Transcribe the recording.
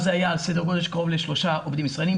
אז זה היה סדר גודל של קרוב לשלושה עובדים ישראלים,